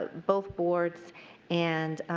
but both boards and